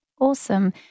Awesome